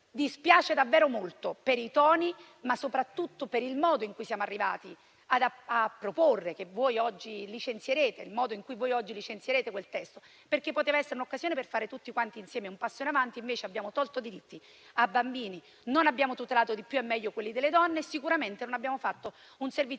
dispiace davvero molto per i toni, ma soprattutto per il modo in cui siamo arrivati a proporre il testo che oggi licenzierete. Poteva essere un'occasione per fare tutti insieme un passo in avanti; invece abbiamo tolto diritti ai bambini, non abbiamo tutelato di più e meglio quelli delle donne e sicuramente non abbiamo fatto un servizio